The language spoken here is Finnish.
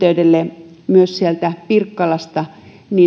tarvetta kyllä lentoyhteydelle myös sieltä pirkkalasta